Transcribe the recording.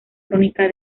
crónica